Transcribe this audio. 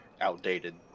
outdated